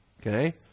Okay